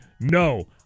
no